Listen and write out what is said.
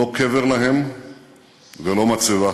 לא קבר להם ולא מצבה.